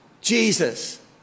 Jesus